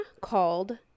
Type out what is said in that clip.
called